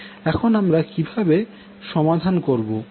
এখন আমরা কিভাবে সমাধান করবো